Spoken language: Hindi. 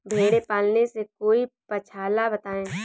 भेड़े पालने से कोई पक्षाला बताएं?